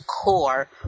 core